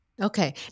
Okay